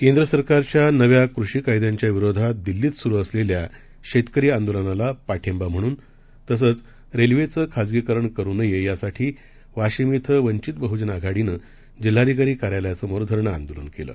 केंद्रसरकारच्यानव्याकृषीकायद्यांच्याविरोधातदिल्लीतसुरूअसलेल्याशेतकरीआंदोलनालापाठिंबाम्हणून तसंचरेल्वेच्याखाजगीकरणकरुनयेयासाठीवाशिमधिवंचितबहुजनआघाडीनंजिल्हाधिकारीकार्यालयासमोरधरणंआंदोलनकेलं